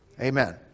Amen